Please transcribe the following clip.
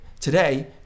Today